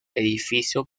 edificio